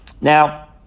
Now